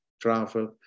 travel